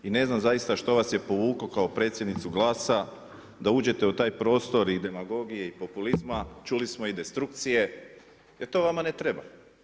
I ne znam zaista što vas je povuklo kao predsjednicu Glasa da uđete u taj prostor i demagogije i populizma, čuli smo i destrukcije, jer to vama ne treba.